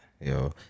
Yo